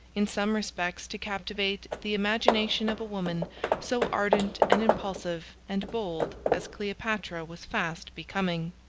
in some respects, to captivate the imagination of a woman so ardent, and impulsive, and bold as cleopatra was fast becoming.